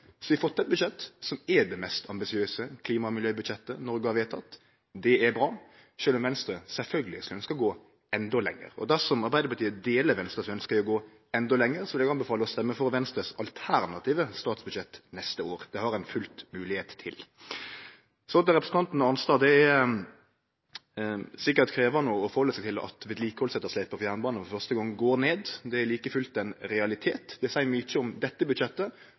vi fått eit budsjett som er det mest ambisiøse klima- og miljøbudsjettet Noreg har vedteke. Det er bra, sjølv om Venstre sjølvsagt ønskte å gå endå lenger, og dersom Arbeidarpartiet deler Venstres ønske om å gå endå lenger, vil eg anbefale å stemme for Venstres alternative statsbudsjett neste år. Det har ein full moglegheit til. Så til representanten Arnstad: Det er sikkert krevjande å halde seg til at vedlikehaldsetterslepet for jernbanen for første gong går ned. Det er like fullt ein realitet. Det seier mykje om dette budsjettet,